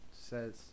says